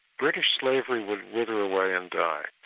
british slavery would wither away and die.